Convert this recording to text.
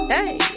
Hey